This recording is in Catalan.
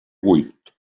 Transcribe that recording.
buit